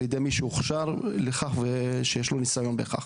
על ידי מי שהוכשר לכך ושיש לו ניסיון בכך.